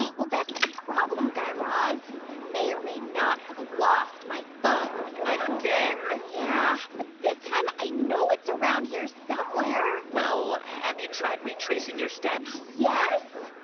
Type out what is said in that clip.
well, that's the problem, guy raz. i may or may not have lost my phone again? yeah, but this time i know it's around here somewhere well, have you tried retracing your steps? yes,